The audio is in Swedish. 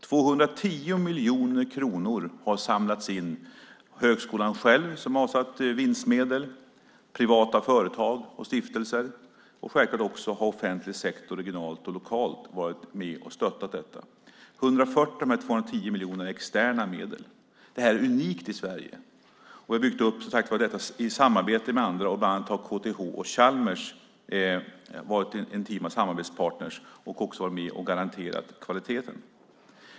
210 miljoner kronor har samlats in av högskolan själv, som avsatt vinstmedel, privata företag och stiftelser. Självklart har också offentlig sektor regionalt och lokalt varit med och stöttat detta. 140 av de här 210 miljonerna är externa medel. Det här är unikt i Sverige. Man har som sagt byggt upp detta i samarbete med andra. Bland annat har KTH och Chalmers varit intima samarbetspartner och även varit med och garanterat kvaliteten.